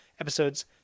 episodes